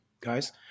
guys